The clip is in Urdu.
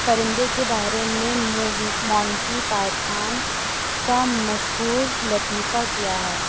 پرندے کے بارے میں مونٹی پایتھان کا مشہور لطیفہ کیا ہے